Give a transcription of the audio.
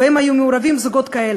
שבהם היו מעורבים זוגות כאלה,